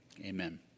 Amen